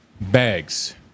Bags